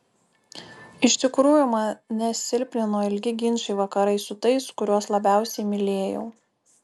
iš tikrųjų mane silpnino ilgi ginčai vakarais su tais kuriuos labiausiai mylėjau